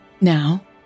Now